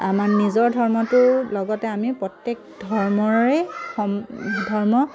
আমাৰ নিজৰ ধৰ্মটোও লগতে আমি প্ৰত্যেক ধৰ্মৰে সম ধৰ্ম